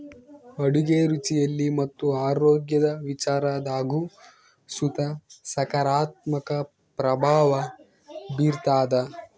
ಅಡುಗೆ ರುಚಿಯಲ್ಲಿ ಮತ್ತು ಆರೋಗ್ಯದ ವಿಚಾರದಾಗು ಸುತ ಸಕಾರಾತ್ಮಕ ಪ್ರಭಾವ ಬೀರ್ತಾದ